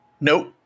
Nope